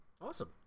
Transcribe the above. Awesome